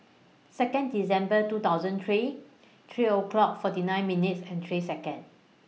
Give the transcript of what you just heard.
Second December two thousand and three three o'clock forty nine minutes and three Seconds